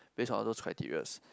based on all those criterias